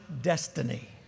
destiny